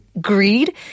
greed